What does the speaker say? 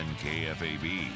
KFAB